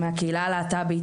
מהקהילה הלהט"בית,